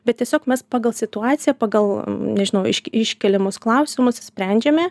bet tiesiog mes pagal situaciją pagal nežinau iš iškeliamus klausimus sprendžiame